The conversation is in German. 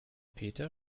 peter